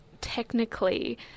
technically